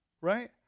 Right